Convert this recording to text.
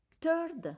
Third